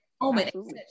moment